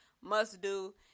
must-do